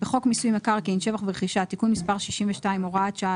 בחוק מיסוי מקרקעין (שבח ורכישה) (תיקון מספר 62 הוראת שעה),